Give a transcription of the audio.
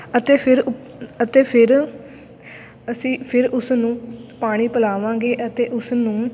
ਅਤੇ ਫਿਰ ਉੱ ਅਤੇ ਫਿਰ ਅਸੀਂ ਫਿਰ ਉਸਨੂੰ ਪਾਣੀ ਪਿਲਾਵਾਂਗੇ ਅਤੇ ਉਸ ਨੂੰ